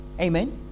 amen